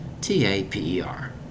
T-A-P-E-R